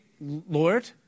Lord